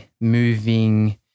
moving